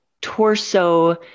torso